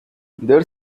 their